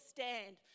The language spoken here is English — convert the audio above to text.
Stand